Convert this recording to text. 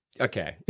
okay